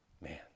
Man